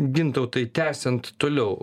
gintautai tęsiant toliau